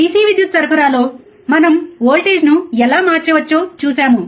DC విద్యుత్ సరఫరాలో మనం వోల్టేజ్ను ఎలా మార్చవచ్చో చూశాము